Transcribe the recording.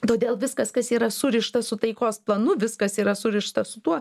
todėl viskas kas yra surišta su taikos planu viskas yra surišta su tuo